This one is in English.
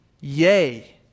Yay